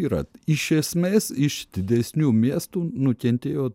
yra iš esmės iš didesnių miestų nukentėjo